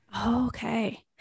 Okay